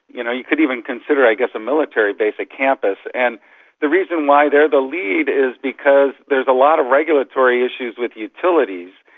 you know you could even consider i guess a military base a campus. and the reason why they are the lead is because there's a lot of regulatory issues with utilities,